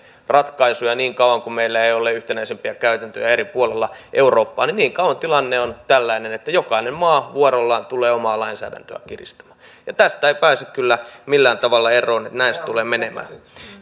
ratkaisuja niin kauan kuin meillä ei ole yhtenäisempiä käytäntöjä eri puolilla eurooppaa niin kauan tilanne on tällainen että jokainen maa vuorollaan tulee omaa lainsäädäntöään kiristämään tästä ei pääse kyllä millään tavalla eroon näin se tulee menemään